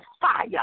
fire